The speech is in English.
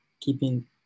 keeping